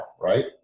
right